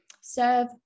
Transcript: serve